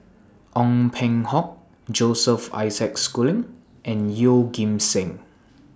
Ong Peng Hock Joseph Isaac Schooling and Yeoh Ghim Seng